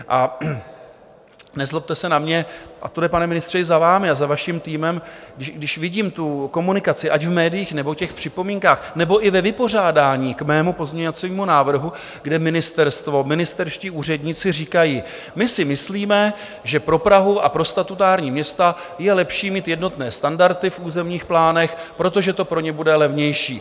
A nezlobte se na mě, a to jde, pane ministře, i za vámi a za vaším týmem, když vidím tu komunikaci, ať v médiích, nebo v těch připomínkách, nebo i ve vypořádání k mému pozměňovacímu návrhu, kde ministerstvo, ministerští úředníci říkají: My si myslíme, že pro Prahu a pro statutární města je lepší mít jednotné standardy v územních plánech, protože to pro ně bude levnější.